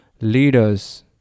leaders